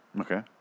Okay